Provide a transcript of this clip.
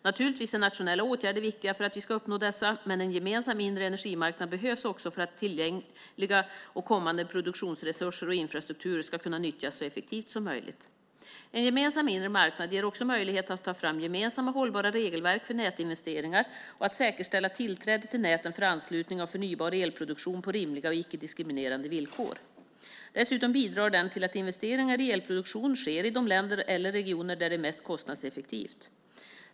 Naturligtvis är nationella åtgärder viktiga för att vi ska uppnå dessa, men en gemensam inre energimarknad behövs också för att tillgängliga och kommande produktionsresurser och infrastrukturer ska kunna nyttjas så effektivt som möjligt. En gemensam inre marknad ger också möjlighet att ta fram gemensamma hållbara regelverk för nätinvesteringar och att säkerställa tillträde till näten för anslutning av förnybar elproduktion på rimliga och icke-diskriminerande villkor. Dessutom bidrar den till att investeringar i elproduktion sker i de länder eller regioner där det är mest kostnadseffektivt.